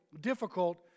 difficult